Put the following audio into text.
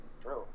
True